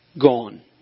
gone